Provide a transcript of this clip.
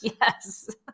Yes